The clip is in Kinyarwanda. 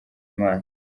imana